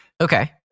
Okay